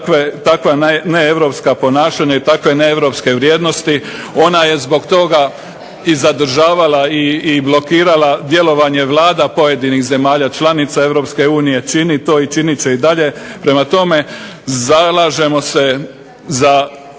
takva neeuropska ponašanja i takve neeuropske vrijednosti. Ona je zbog toga i zadržavala i blokirala djelovanja vlada pojedinih zemalja članica Europske unije, čini to i činit će i dalje. Prema tome, zalažemo se za